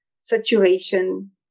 saturation